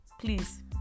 please